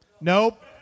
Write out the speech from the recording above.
Nope